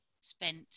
spent